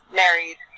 married